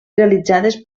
realitzades